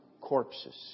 corpses